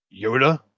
Yoda